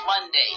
Monday